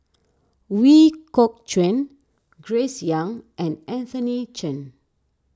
Ooi Kok Chuen Grace Young and Anthony Chen